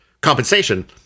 compensation